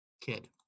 kid